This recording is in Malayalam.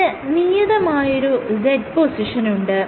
ഇതിന് നിയതമായൊരു Z പൊസിഷനുണ്ട്